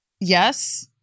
Yes